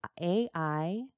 AI